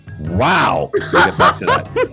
Wow